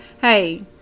hey